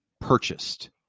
purchased